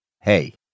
Hey